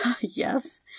Yes